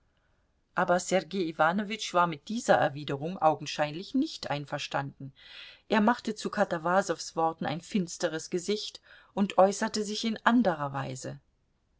aber sergei iwanowitsch war mit dieser erwiderung augenscheinlich nicht einverstanden er machte zu katawasows worten ein finsteres gesicht und äußerte sich in anderer weise